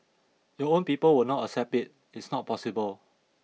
your own people will not accept it it's not possible